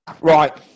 Right